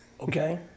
okay